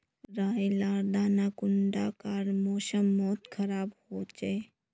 राई लार दाना कुंडा कार मौसम मोत खराब होचए?